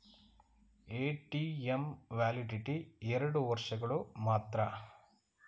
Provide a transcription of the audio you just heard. ATM validity ಎರಡು ವರ್ಷಗಳು ಮಾತ್ರ